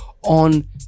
on